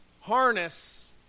harness